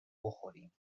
بخوریم